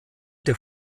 der